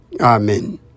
amen